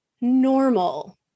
normal